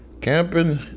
camping